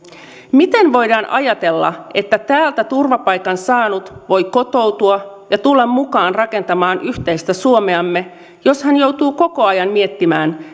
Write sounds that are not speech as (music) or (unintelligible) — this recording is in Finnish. miten voidaan ajatella että täältä turvapaikan saanut voi kotoutua ja tulla mukaan rakentamaan yhteistä suomeamme jos hän joutuu koko ajan miettimään (unintelligible)